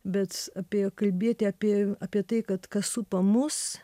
bet apie kalbėti apie apie tai kad kas supa mus